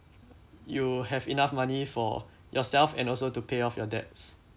you have enough money for yourself and also to pay off your debts